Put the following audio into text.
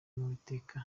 n’uwiteka